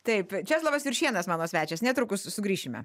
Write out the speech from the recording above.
taip česlovas juršėnas mano svečias netrukus sugrįšime